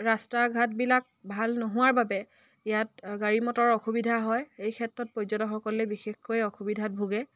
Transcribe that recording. ৰাস্তা ঘাটবিলাক ভাল নোহোৱাৰ বাবে ইয়াত গাড়ী মটৰৰ অসুবিধা হয় এই ক্ষেত্ৰত পৰ্যটকসকলে বিশেষকৈ অসুবিধাত ভোগে